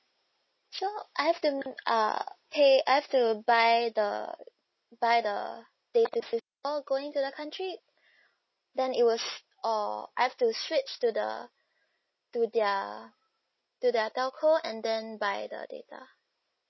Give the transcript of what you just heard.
so I have to uh pay uh I have to buy the buy the going to the country then it will s~ or I have to switch to the to their to their telco and then buy the data